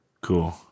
Cool